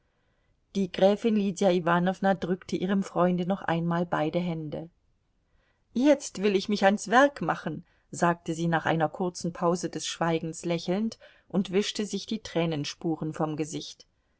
die gräfin lydia iwanowna drückte ihrem freunde noch einmal beide hände jetzt will ich mich ans werk machen sagte sie nach einer kurzen pause des schweigens lächelnd und wischte sich die tränenspuren vom gesicht